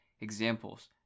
Examples